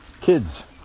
kids